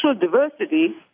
diversity